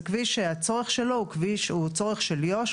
זה כביש שהצורך שלו הוא צורך של יו"ש,